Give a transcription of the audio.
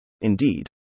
Indeed